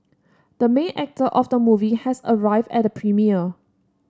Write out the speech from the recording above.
the main actor of the movie has arrived at the premiere